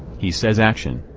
he says action.